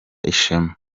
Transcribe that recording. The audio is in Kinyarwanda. ishema